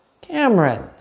Cameron